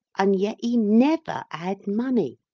and yet he never had money.